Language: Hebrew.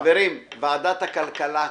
סליחה, חברים, ועדת הכלכלה,